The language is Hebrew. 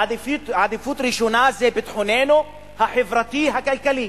עדיפות ראשונה זה ביטחוננו החברתי-הכלכלי.